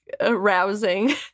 arousing